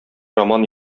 роман